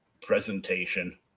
presentation